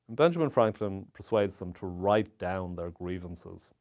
benjamin franklin persuades them to write down their grievances.